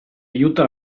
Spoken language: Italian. aiuta